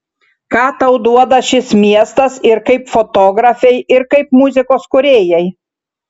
ką tau duoda šis miestas ir kaip fotografei ir kaip muzikos kūrėjai